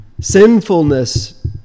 sinfulness